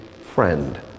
friend